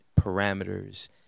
parameters